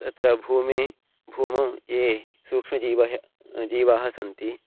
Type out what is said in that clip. तत्र भूमौ भूमौ ये सूक्ष्मजीवाः जीवाः सन्ति